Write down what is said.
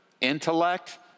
intellect